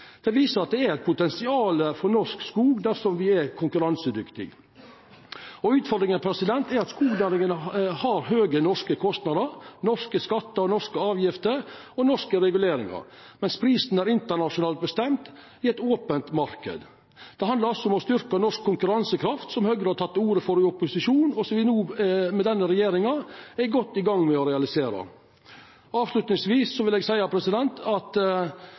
Det viser at det er eit potensial for norsk skog dersom me er konkurransedyktige. Utfordringa er at skognæringa har høge norske kostnader, norske skattar, norske avgifter og norske reguleringar, mens prisen er internasjonalt bestemt i ein open marknad. Det handlar også om å styrkja norsk konkurransekraft, som Høgre har teke til orde for i opposisjon, og som me no, med denne regjeringa, er godt i gang med å realisera. Avslutningsvis vil eg seia at for Høgre er det viktig at